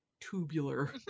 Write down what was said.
tubular